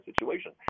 situation